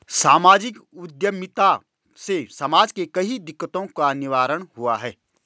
सामाजिक उद्यमिता से समाज के कई दिकक्तों का निवारण हुआ है